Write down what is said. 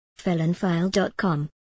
felonfile.com